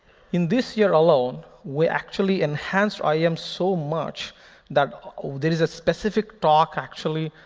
in this year alone, we actually enhanced ah iam so much that there is a specific talk, actually,